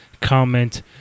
comment